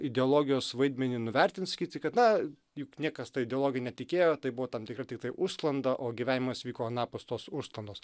ideologijos vaidmenį nuvertinti sakyti kad na juk niekas ta ideologija netikėjo tai buvo tam tikra tiktai užsklanda o gyvenimas vyko anapus tos užsklandos